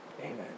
Amen